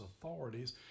authorities